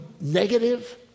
negative